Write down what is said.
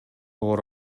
оор